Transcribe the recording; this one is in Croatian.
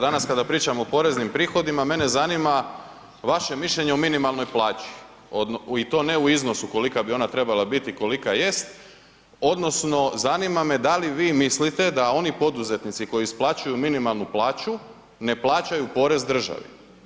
Danas kada pričamo o poreznim prihodima mene zanima vaše mišljenje o minimalnoj plaći i to ne u iznosu kolika bi ona trebala biti i kolika jest odnosno zanima me da li vi mislite da oni poduzetnici koji isplaćuju minimalnu plaću ne plaćaju porez državi.